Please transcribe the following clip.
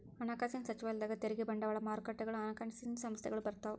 ಹಣಕಾಸಿನ ಸಚಿವಾಲಯದಾಗ ತೆರಿಗೆ ಬಂಡವಾಳ ಮಾರುಕಟ್ಟೆಗಳು ಹಣಕಾಸಿನ ಸಂಸ್ಥೆಗಳು ಬರ್ತಾವ